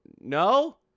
No